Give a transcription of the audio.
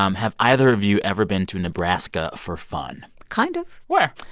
um have either of you ever been to nebraska for fun? kind of where?